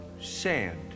sand